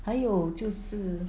还有就是